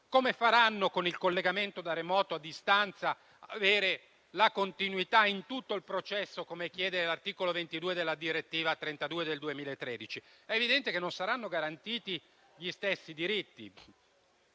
Come si farà, con il collegamento da remoto a distanza, ad avere la continuità in tutto il processo, come chiede l'articolo 22 della direttiva n. 32 del 2013? È evidente che non saranno garantiti gli stessi diritti.